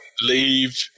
leave